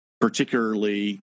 particularly